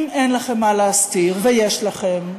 אם אין לכם מה להסתיר, ויש לכם,